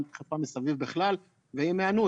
גם בדחיפה מסביב בכלל ועם היענות.